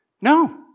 No